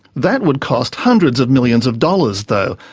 that would cost hundreds of millions of dollars though,